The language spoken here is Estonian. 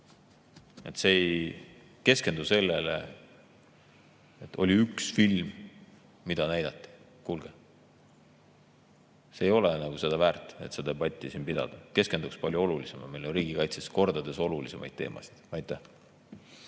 ei keskendu sellele, et oli üks film, mida näidati. Kuulge! See ei ole seda väärt, et siin debatti pidada. Keskenduks palju olulisemale, meil on riigikaitses kordades olulisemaid teemasid. Aitäh!